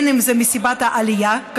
אם זה מסיבת העלייה,